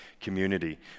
community